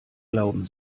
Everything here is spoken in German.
glauben